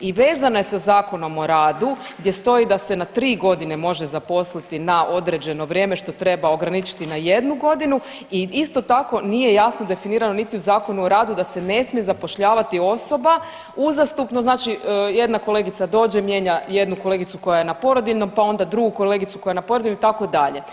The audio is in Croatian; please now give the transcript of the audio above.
I vezana je sa Zakonom o radu gdje stoji da se na tri godine može zaposliti na određeno vrijeme što treba ograničiti na jednu godinu i isto tako nije jasno definirano niti u Zakonu o radu da se ne smije zapošljavati osoba uzastupno, znači jedna kolegica dođe mijenja jednu kolegicu koja je na porodiljnom, pa onda drugu kolegicu koja je na porodiljnom itd.